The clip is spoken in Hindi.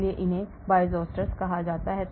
इसलिए इन्हें Bioisosteres कहा जाता है